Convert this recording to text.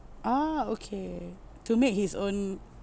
ah okay to make his own